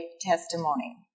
testimony